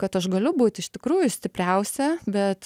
kad aš galiu būt iš tikrųjų stipriausia bet